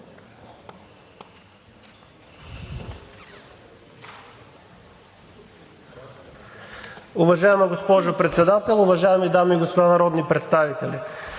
Уважаема госпожо Председател, уважаеми дами и господа народни представители!